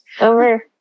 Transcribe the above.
over